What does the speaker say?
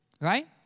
right